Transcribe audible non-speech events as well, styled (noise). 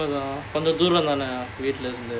(noise) கொஞ்ச தூரம் தான வீட்ல இருந்து:konja thooram thaana veetla irunthu